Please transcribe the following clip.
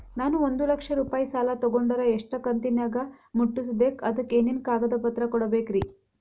ನಾನು ಒಂದು ಲಕ್ಷ ರೂಪಾಯಿ ಸಾಲಾ ತೊಗಂಡರ ಎಷ್ಟ ಕಂತಿನ್ಯಾಗ ಮುಟ್ಟಸ್ಬೇಕ್, ಅದಕ್ ಏನೇನ್ ಕಾಗದ ಪತ್ರ ಕೊಡಬೇಕ್ರಿ?